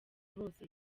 bose